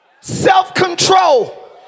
Self-control